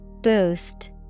Boost